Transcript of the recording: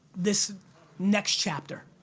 this next chapter.